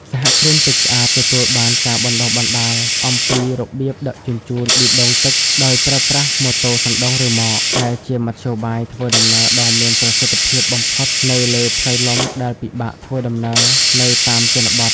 សហគ្រិនទឹកស្អាតទទួលបានការបណ្ដុះបណ្ដាលអំពីរបៀបដឹកជញ្ជូនប៊ីដុងទឹកដោយប្រើប្រាស់ម៉ូតូសណ្ដោងរ៉ឺម៉ក ដែលជាមធ្យោបាយធ្វើដំណើរដ៏មានប្រសិទ្ធភាពបំផុតនៅលើផ្លូវលំដែលពិបាកធ្វើដំណើរនៅតាមជនបទ។